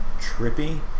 trippy